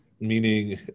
Meaning